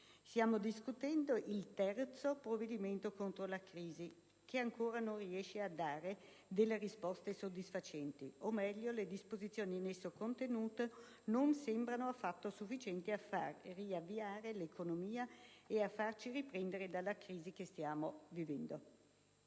Stiamo discutendo il terzo provvedimento contro la crisi, che ancora non riesce a dare delle risposte soddisfacenti, o meglio, le disposizioni in esso contenute non sembrano affatto sufficienti a far riavviare l'economia e a farci riprendere dalla crisi che stiamo attraversando.